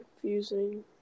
confusing